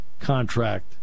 contract